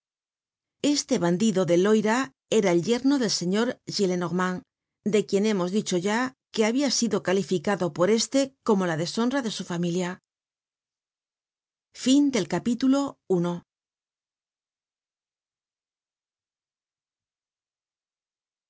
este bandido del loira era el yerno del señor gillenormand de quien hemos dicho ya que habia sido calificado por éste como la deshon ra de su familia content from